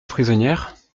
prisonnières